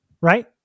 right